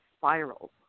spirals